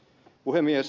puhemies